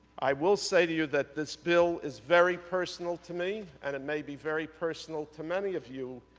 i will say to you that this bill is very personal to me, and it may be very personal to many of you,